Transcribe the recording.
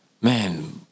Man